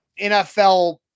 NFL